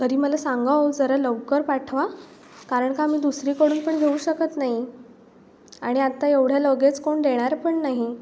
तरी मला सांगा अहो जरा लवकर पाठवा कारण का आम्ही दुसरीकडून पण घेऊ शकत नाही आणि आता एवढ्या लगेच कोण देणार पण नाही